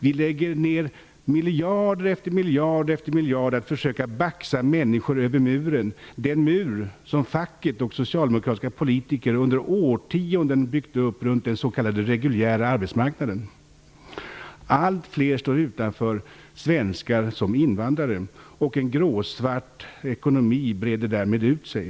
Vi lägger ner miljard efter miljard på att försöka baxa människor över muren, den mur som facket och socialdemokratiska politiker under årtionden byggt upp runt den s.k. reguljära arbetsmarknaden. Allt fler står utanför, såväl svenskar som invandrare. En gråsvart ekonomi breder därmed ut sig.